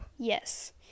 Yes